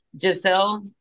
Giselle